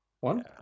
one